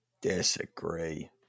Disagree